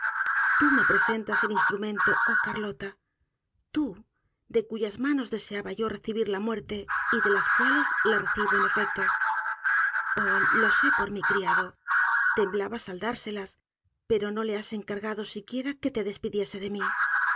tú me presentas el instrumento oh carlota tú de cuyas manos deseaba yo recibir la muerte y de las cuales la recibo en efecto oh lo sé por mí criado temblabas al dárselas pero no le has encargado siquiera que te despidiese de mí